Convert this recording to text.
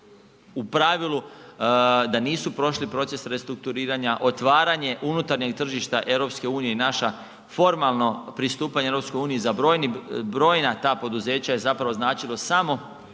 U pravilu da nisu prošli proces restrukturiranja, otvaranje unutarnjeg tržišta EU i naše formalno pristupanje EU za brojna ta poduzeća je zapravo značilo samo